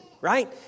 right